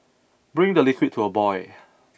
bring the liquid to a boil